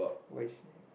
what you saying